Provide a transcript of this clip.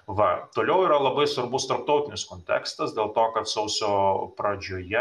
va toliau yra labai svarbus tarptautinis kontekstas dėl to kad sausio pradžioje